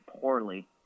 poorly